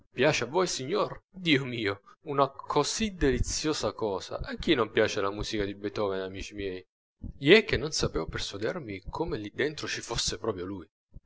piace a voi signor dio mio una così deliziosa cosa a chi non piace la musica di beethoven amici miei gli è che non sapevo persuadermi come lì dentro ci fosse proprio lui